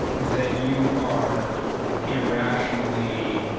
that you are irrationally